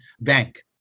bank